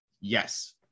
yes